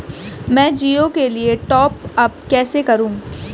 मैं जिओ के लिए टॉप अप कैसे करूँ?